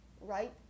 right